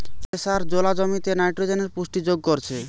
যে সার জোলা জমিতে নাইট্রোজেনের পুষ্টি যোগ করছে